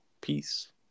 Peace